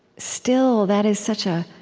still, that is such a